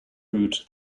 route